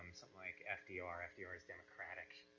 something like, fdr, fdr is democratic,